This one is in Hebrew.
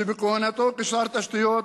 שבכהונתו כשר תשתיות